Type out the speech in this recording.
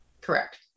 Correct